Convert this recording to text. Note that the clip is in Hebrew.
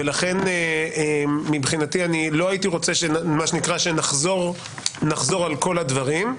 ולכן מבחינתי לא הייתי רוצה שנחזור על כל הדברים,